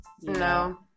no